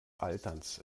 alterns